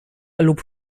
lub